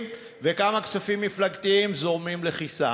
וכמה כספים מפלגתיים זורמים לכיסם.